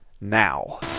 now